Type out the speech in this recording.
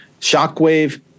shockwave